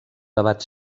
debat